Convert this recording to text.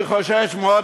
אני חושש מאוד,